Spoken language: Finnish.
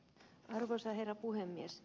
arvoisa herra puhemies